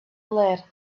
lead